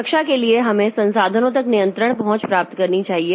सुरक्षा के लिए हमें संसाधनों तक नियंत्रण पहुंच प्राप्त करनी चाहिए